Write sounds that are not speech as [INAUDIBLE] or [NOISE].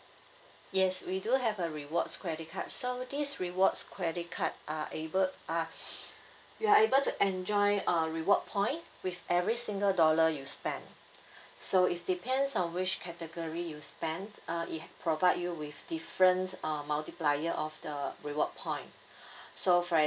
yes we do have a rewards credit card so these rewards credit card are able are [BREATH] you are able to enjoy a reward point with every single dollar you spend [BREATH] so is depends on which category you spent uh it provide you with different um multiplier of the reward point [BREATH] so for